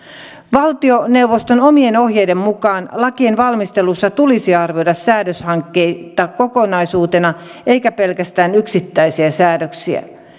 valtioneuvoston omien ohjeiden mukaan lakien valmistelussa tulisi arvioida säädöshankkeita kokonaisuutena eikä pelkästään yksittäisiä säädöksiä